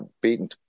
Beaten